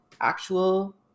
actual